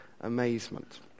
amazement